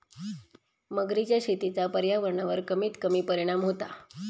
मगरीच्या शेतीचा पर्यावरणावर कमीत कमी परिणाम होता